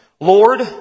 Lord